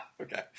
Okay